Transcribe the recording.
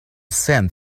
send